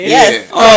Yes